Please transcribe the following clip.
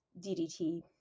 DDT